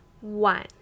One